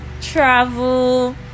travel